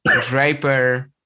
draper